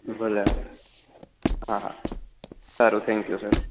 ભલે સારું હા હા સારું થેન્ક્યુ ભાઈ